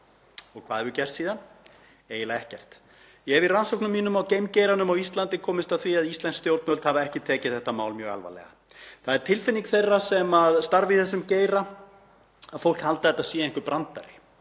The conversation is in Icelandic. Og hvað hefur gerst síðan? Eiginlega ekkert. Ég hef í rannsóknum mínum á geimgeiranum á Íslandi komist að því að íslensk stjórnvöld hafa ekki tekið þetta mál mjög alvarlega. Það er tilfinning þeirra sem starfa í þessum geira að fólk haldi að þetta sé einhver brandari.